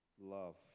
love